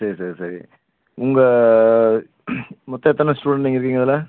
சரி சரி சரி உங்கள் மொத்தம் எத்தனை ஸ்டூடெண்ட் நீங்கள் இருக்கீங்க அதில்